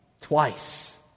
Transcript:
twice